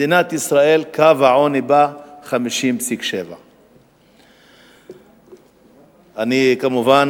מדינת ישראל, קו העוני בה 50.7. כמובן